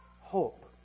hope